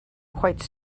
quite